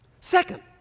Second